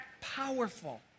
powerful